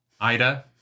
ida